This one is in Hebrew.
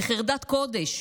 בחרדת קודש,